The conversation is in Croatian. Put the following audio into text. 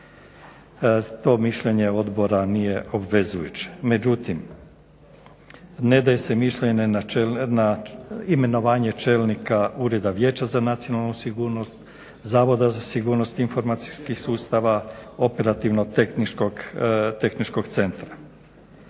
To mišljenje odbora nije obvezujuće. Međutim, ne daje se mišljenje na imenovanje čelnika Ureda vijeća za nacionalnu sigurnost, Zavoda za sigurnost informacijskih sustava, Operativno-tehničkog centra.